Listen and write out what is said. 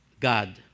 God